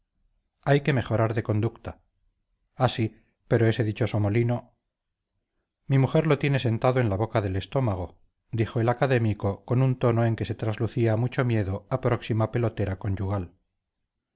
hay que mejorar de conducta ese dichoso molino mi mujer lo tiene sentado en la boca del estómago dijo el académico con un tono en que se traslucía mucho miedo a la próxima pelotera conyugal